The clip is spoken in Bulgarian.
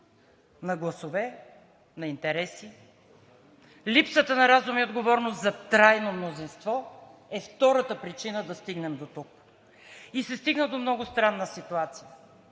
на гласове, на интереси. Липсата на разум и отговорност за трайно мнозинство е втората причина да стигнем дотук, и се стигна до много странна ситуация.